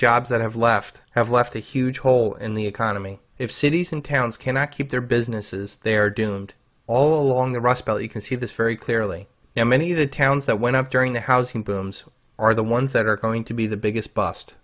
jobs that have left have left a huge hole in the economy if cities and towns cannot keep their businesses they are doomed all along the rust belt you can see this very clearly now many of the towns that went up during the housing boom are the ones that are going to be the biggest bust